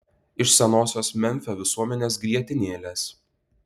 iš senosios memfio visuomenės grietinėlės